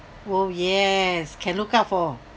!whoa! yes can look out for